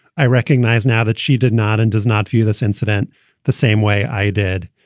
i recognize now that she did not and does not view this incident the same way i did.